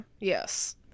Yes